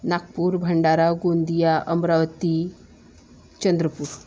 Nagpur Bhandara Gondia Amravati Chandrapur